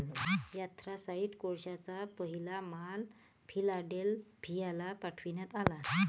anthracite कोळशाचा पहिला माल फिलाडेल्फियाला पाठविण्यात आला